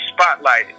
spotlighted